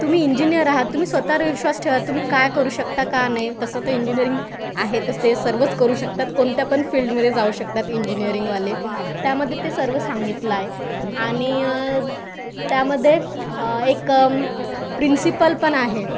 तुम्ही इंजिनियर आहात तुम्ही स्वतःवर विश्वास ठेवा तुम्ही काय करू शकता का नाही तसं तर इंजिनिअरिंग आहे तसं ते सर्वच करू शकतात कोणत्या पण फील्डमध्ये जाऊ शकतात इंजिनियरिंगवाले त्यामध्ये ते सर्व सांगितलं आहे आणि त्यामध्ये एक प्रिन्सिपल पण आहे